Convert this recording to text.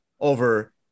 over